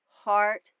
heart